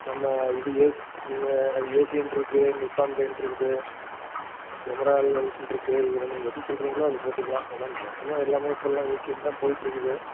நம்ம இது ஏசி நீங்கள் அது ஏஷியன் இருக்குது நிப்பான் பெயிண்ட் இருக்குது எமரால்டு வெல்ஷன் இருக்குது இதில் நீங்கள் எது சொல்றீங்களோ அதை போட்டுக்கலாம் ஆனால் மேக்சிமம் எல்லாமே இப்போல்லாம் ஏஷியன் தான் போயிகிட்ருக்குது